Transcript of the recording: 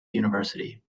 university